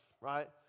right